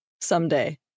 someday